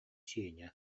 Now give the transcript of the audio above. сеня